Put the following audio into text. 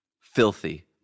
Filthy